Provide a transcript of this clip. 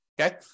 okay